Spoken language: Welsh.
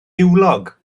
niwlog